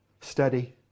study